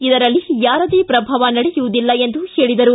ಇದರಲ್ಲಿ ಯಾರದೇ ಪ್ರಭಾವ ನಡೆಯುವುದಿಲ್ಲ ಎಂದು ಹೇಳಿದರು